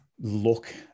look